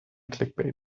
clickbait